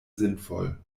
sinnvoll